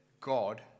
God